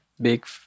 big